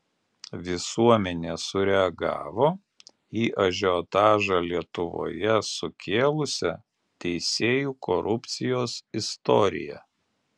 visuomenė sureagavo į ažiotažą lietuvoje sukėlusią teisėjų korupcijos istoriją